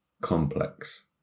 complex